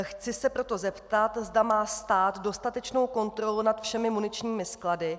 Chci se proto zeptat, zda má stát dostatečnou kontrolu nad všemi muničními sklady.